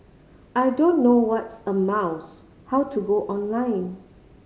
I don't know what's a mouse how to go online